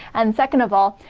and second of all,